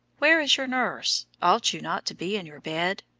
where is your nurse? ought you not to be in your bed?